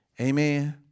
Amen